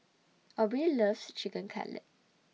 Aubree loves Chicken Cutlet